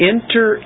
Enter